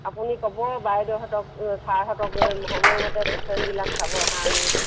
আপুনি ক'ব বাইদেহঁতক ছাৰহঁতক সময়মতে পেচেণ্টবিলাক চাবৰ কাৰণে